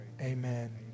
Amen